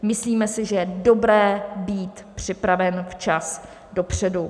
Myslíme si, že je dobré být připraven včas, dopředu.